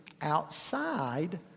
outside